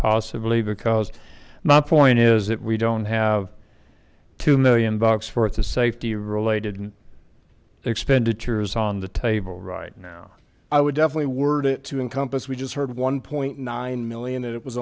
because my point is that we don't have two million bucks for it's a safety related expenditures on the table right now i would definitely word it to encompass we just heard one point nine million and it was